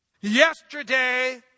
Yesterday